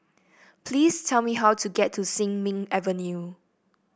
please tell me how to get to Sin Ming Avenue